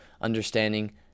understanding